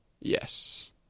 Yes